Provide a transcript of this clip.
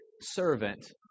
servant